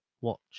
watch